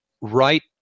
right